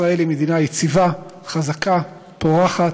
ישראל היא מדינה יציבה, חזקה, פורחת,